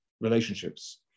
relationships